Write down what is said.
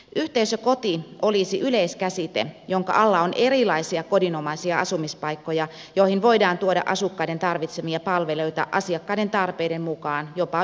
yhteisökoti olisi yleiskäsite jonka alla on erilaisia kodinomaisia asumispaikkoja joihin voidaan tuoda asukkaiden tarvitsemia palveluita asiakkaiden tarpeiden mukaan jopa ympäri vuorokauden